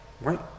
right